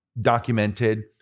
documented